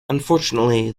unfortunately